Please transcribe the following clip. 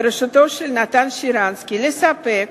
בראשותו של נתן שרנסקי, לספק